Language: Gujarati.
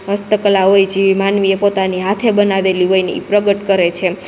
હસ્તકલા હોય જેવી માનવીએ પોતાની હાથે બનાવેલી હોયને ઈ પ્રગટ કરે છે એમ